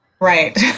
Right